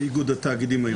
את איגוד התאגידים היום.